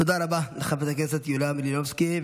תודה רבה לחברת הכנסת יוליה מלינובסקי.